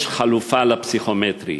יש חלופה לפסיכומטרי.